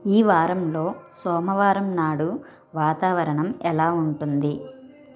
ఈ వారంలో సోమవారం నాడు వాతావరణం ఎలా ఉంటుంది